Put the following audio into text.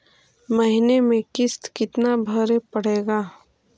महीने में किस्त कितना भरें पड़ेगा?